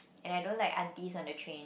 and I don't like aunties on the train